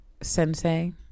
Sensei